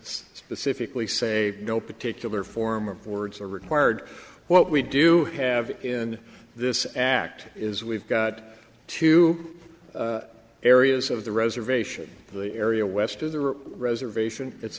specifically say no particular form of words are required what we do have in this act is we've got two areas of the reservation the area west of there are reservation it's